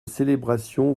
célébration